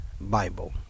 Bible